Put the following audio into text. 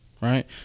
right